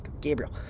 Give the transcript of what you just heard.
Gabriel